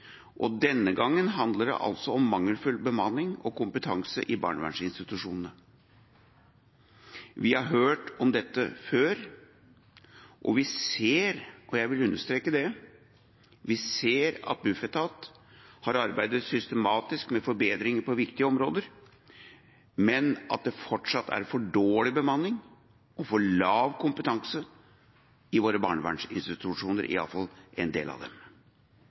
og denne gangen handler det altså om mangelfull bemanning og kompetanse i barnevernsinstitusjonene. Vi har hørt om dette før, og vi ser – jeg vil understreke det – at Bufetat har arbeidet systematisk med forbedringer på viktige områder, men at det fortsatt er for dårlig bemanning og for lav kompetanse i våre barnevernsinstitusjoner, iallfall i en del av dem.